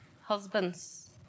Husbands